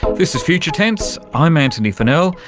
this is future tense, i'm antony funnell,